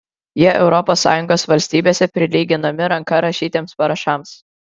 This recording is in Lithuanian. jie europos sąjungos valstybėse prilyginami ranka rašytiems parašams